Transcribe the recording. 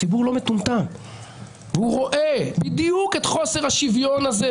הציבור לא מטומטם והוא רואה בדיוק את חוסר השוויון הזה.